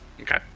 Okay